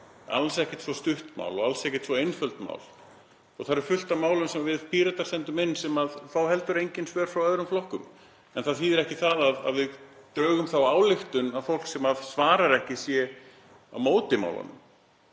alls ekkert svo stutt mál og alls ekkert svo einföld mál, og það er fullt af málum sem við Píratar sendum inn sem fá heldur engin svör frá öðrum flokkum en það þýðir ekki það að við drögum þá ályktun að fólk sem svarar ekki sé á móti málunum.